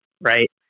right